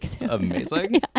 Amazing